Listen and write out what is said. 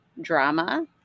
drama